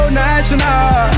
national